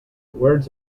words